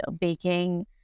baking